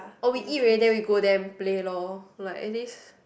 oh we eat already then we go there and play loh like at least